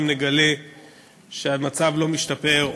אם נגלה שהמצב לא משתפר,